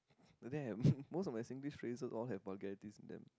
damn most of my Singlish phrases all have vulgarities in them